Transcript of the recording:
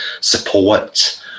support